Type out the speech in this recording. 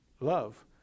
love